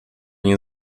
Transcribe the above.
nie